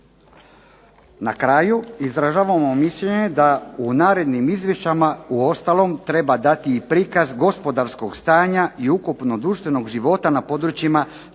Na kraju, izražavamo mišljenje da u narednim izvješćima uostalom treba dati i prikaz gospodarskog stanja i ukupnog društvenog života na područja